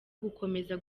gukomeza